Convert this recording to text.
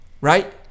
right